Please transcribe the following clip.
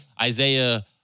Isaiah